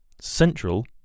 Central